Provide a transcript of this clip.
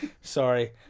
Sorry